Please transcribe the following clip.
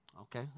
Okay